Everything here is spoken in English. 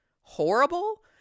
horrible